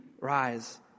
rise